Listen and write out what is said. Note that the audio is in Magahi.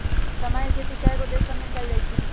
समा के खेती कयगो देश सभमें कएल जाइ छइ